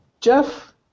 Jeff